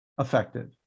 effective